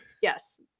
yes